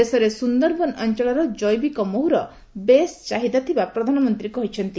ଦେଶରେ ସୁନ୍ଦରବନ ଅଞ୍ଚଳର ଜୈବିକ ମହୁର ବେଶ୍ ଚାହିଦା ଥିବା ପ୍ରଧାନମନ୍ତ୍ରୀ କହିଛନ୍ତି